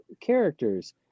characters